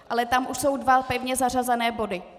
Ale tam už jsou dva pevně zařazené body.